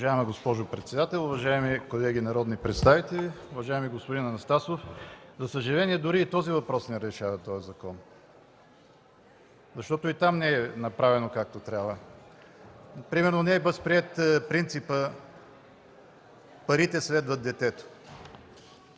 Уважаема госпожо председател, уважаеми колеги народни представители! Уважаеми господин Анастасов, за съжаление, законът не решава дори и този въпрос, защото и там не е направено, както трябва. Примерно не е възприет принципът „парите следват детето“.